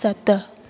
सत